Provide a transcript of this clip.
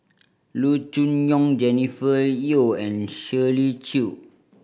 Loo Choon Yong Jennifer Yeo and Shirley Chew